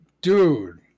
dude